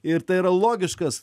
ir tai yra logiškas